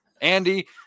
Andy